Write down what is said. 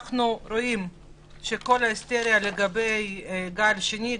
אנחנו רואים שכל ההיסטריה לגבי גל שני,